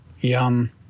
yum